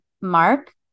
Mark